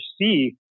see